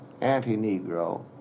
anti-Negro